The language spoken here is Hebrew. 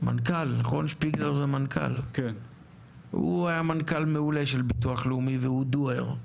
הוא היה מנכ"ל מעולה של ביטוח לאומי, והוא Do-er,